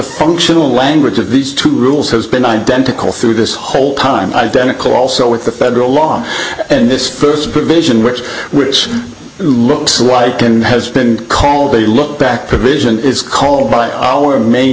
functional language of these two rules has been identical through this whole time identical also with the federal law and this first provision which looks like and has been called a look back provision is called by iowa main